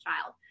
child